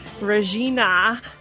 Regina